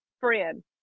friend